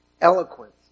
eloquence